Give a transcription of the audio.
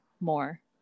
more